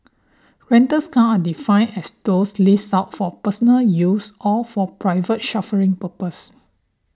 rentals cars are defined as those leased out for personal use or for private chauffeuring purposes